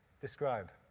Describe